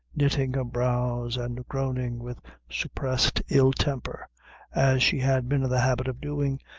knitting her brows and groaning with suppressed ill-temper as she had been in the habit of doing,